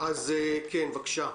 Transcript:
בבקשה.